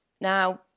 Now